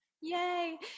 Yay